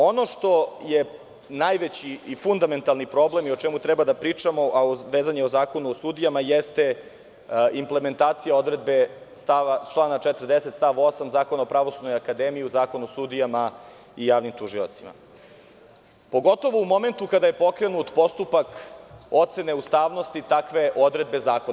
Ono što je najveći i fundamentalni problem i o čemu treba da pričamo, a vezano je za Zakon o sudijama, jeste implementacija odredbe člana 40. stav 8. Zakona o Pravosudnoj akademiji u Zakonu o sudijama i javnim tužiocima, pogotovo u momentu kada je pokrenut postupak ocene ustavnosti takve odredbe zakona.